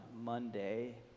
Monday